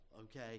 okay